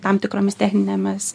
tam tikromis techninėmis